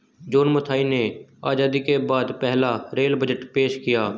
John Mathai ने आजादी के बाद पहला रेल बजट पेश किया